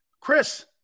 Chris